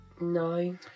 No